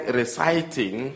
reciting